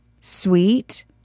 sweet